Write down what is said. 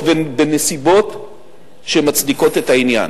ומסיבות ובנסיבות שמצדיקות את העניין.